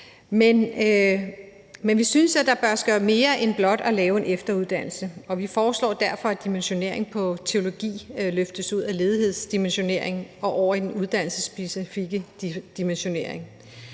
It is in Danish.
Men vi synes, at der bør gøres mere end blot at lave en efteruddannelse, og vi foreslår derfor, at dimensioneringen på teologi løftes ud af ledighedsdimensioneringen og over i den uddannelsesspecifikke dimensionering.